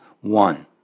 one